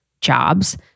jobs